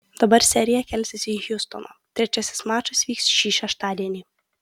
dabar serija kelsis į hjustoną trečiasis mačas vyks šį šeštadienį